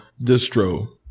Distro